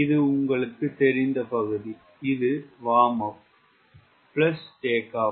இது உங்களுக்குத் தெரிந்த பகுதி இதுதான் warm up plus take of